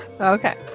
Okay